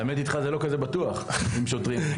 האמת שאיתך זה לא כזה בטוח עם שוטרים.